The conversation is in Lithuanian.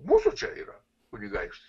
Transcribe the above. mūsų čia yra kunigaikštis